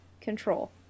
Control